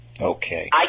Okay